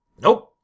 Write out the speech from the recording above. Nope